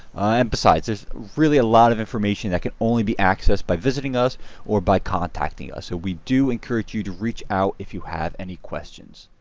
and besides there's really a lot of information that can only be accessed by visiting us or by contacting us so we do encourage you to reach out if you have any questions.